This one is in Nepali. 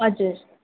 हजुर